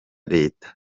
leta